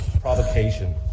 provocation